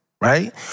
Right